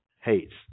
hates